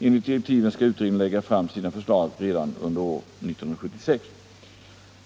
Enligt direktiven skall utredningen lägga fram sina förslag redan under år 1976.